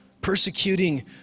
persecuting